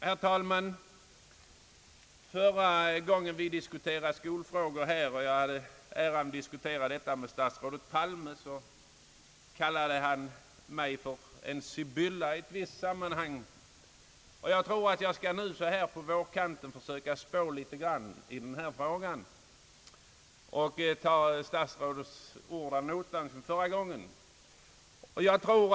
När vi förra gången debatterade skolfrågor här i riksdagen och jag hade äran diskutera med statsrådet Palme kallade han mig i ett visst sammanhang för en sibylla. Jag tror att jag så här på vårkanten skall försöka spå litet grand också i den här frågan och ta statsrådets ord från förra gången ad notam.